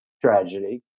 tragedy